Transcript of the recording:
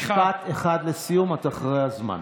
משפט אחד לסיום, אתה אחרי הזמן.